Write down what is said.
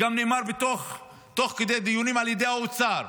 זה נאמר גם תוך כדי דיונים עם משרד האוצר,